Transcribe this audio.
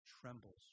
trembles